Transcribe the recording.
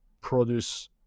produce